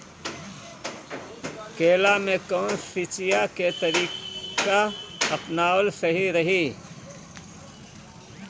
केला में कवन सिचीया के तरिका अपनावल सही रही?